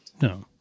No